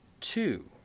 two